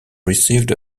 received